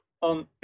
on